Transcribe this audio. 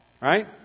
Right